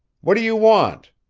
what do you want?